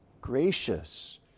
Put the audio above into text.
gracious